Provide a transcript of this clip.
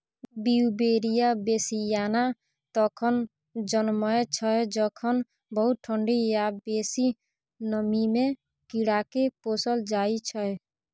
Beauveria bassiana तखन जनमय छै जखन बहुत ठंढी या बेसी नमीमे कीड़ाकेँ पोसल जाइ छै